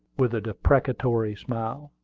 with a deprecatory smile.